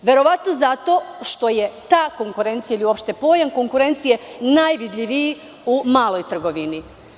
To je verovatno zato što je ta konkurencija ili uopšte pojam konkurencije najvidljiviji u maloj trgovini.